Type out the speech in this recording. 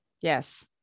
Yes